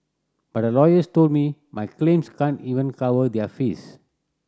but the lawyers told me my claims can't even cover their fees